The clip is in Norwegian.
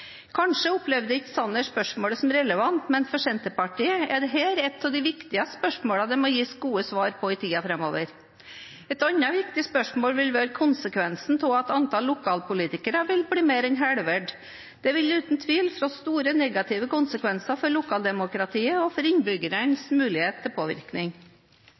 Kanskje opplevde ikke Sanner spørsmålet som relevant, men for Senterpartiet er dette et av de viktigste spørsmålene det må gis gode svar på i tiden framover. Et annet viktig spørsmål vil være konsekvensen av at antall lokalpolitikere vil bli mer enn halvert. Det vil uten tvil få store negative konsekvenser for lokaldemokratiet og for innbyggernes mulighet til påvirkning.